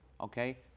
Okay